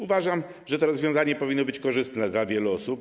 Uważam, że to rozwiązanie powinno być korzystne dla wielu osób.